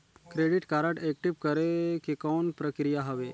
Credit card active करे के कौन प्रक्रिया हवे?